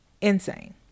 Insane